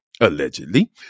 Allegedly